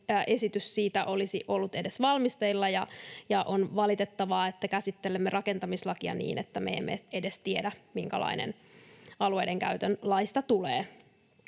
esitys siitä olisi ollut edes valmisteilla, ja on valitettavaa, että käsittelemme rakentamislakia niin, että emme edes tiedä, minkälainen alueidenkäytön laista tulee.